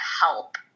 help